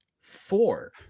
four